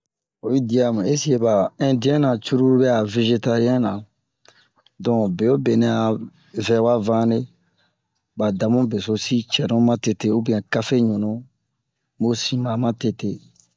Oyi dia mu ɛse'e ba indiɛn na cururu bɛ'a vezetariɛn na don bewobe nɛ a vɛwa vane ba damu besosi cɛnu ma tete ubiɛn kafe ɲunu mu sin ba ma tete